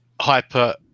hyper